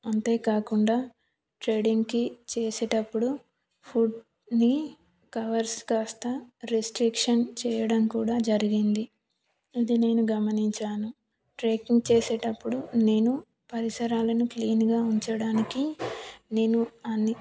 అంతే కాకుండా ట్రేక్కింగ్ చేసేటప్పుడు ఫుడ్ కవర్స్ కాస్త రెస్స్ట్రిక్షన్ చేయడం కూడా జరిగింది ఇది నేను గమనించాను ట్రెక్కింగ్ చేసేటప్పుడు నేను పరిసరాలను క్లీన్గా ఉంచడానికి నేను అని